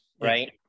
right